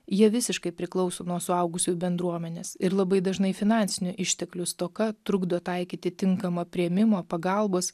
jie visiškai priklauso nuo suaugusiųjų bendruomenės ir labai dažnai finansinių išteklių stoka trukdo taikyti tinkamą priėmimo pagalbos